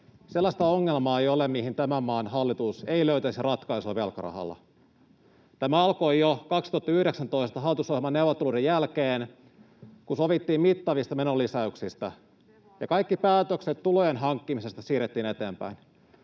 sellaista ongelmaa ei ole, mihin tämän maan hallitus ei löytäisi ratkaisua velkarahalla. [Antti Lindtman: Höpö höpö!] Tämä alkoi jo 2019 hallitusohjelmaneuvotteluiden jälkeen, kun sovittiin mittavista menonlisäyksistä ja kaikki päätökset tulojen hankkimisesta siirrettiin eteenpäin.